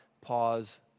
pause